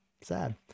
Sad